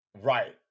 right